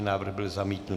Návrh byl zamítnut.